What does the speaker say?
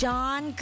John